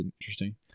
interesting